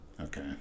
Okay